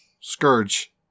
Scourge